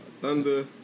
Thunder